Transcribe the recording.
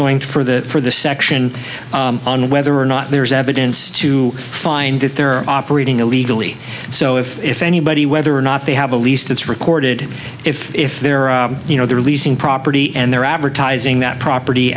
going for that for the section on whether or not there is evidence to find that they're operating illegally so if anybody whether or not they have a least it's recorded if if there are you know they're releasing property and they're advertising that property